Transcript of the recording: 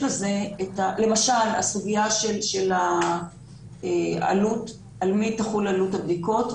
למשל הסוגיה על מי תחול עלות הבדיקות.